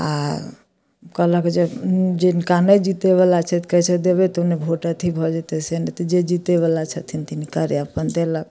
आओर कहलक जे ओ जिनका नहि जितैवला छथि कहै छथि देबै तब ने भोट अथी भऽ जेतै से नहि तऽ जे जितैवला छथिन तिनकरे अपन देलक